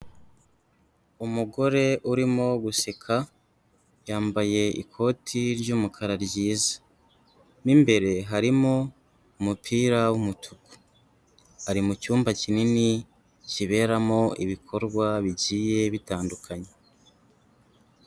Umugore urimo guseka, yambaye ikoti ry'umukara ryiza, mo imbere harimo umupira w'umutuku, ari mu cyumba kinini kiberamo ibikorwa bigiye bitandukanye.